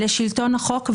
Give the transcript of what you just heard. לשלטון החוק,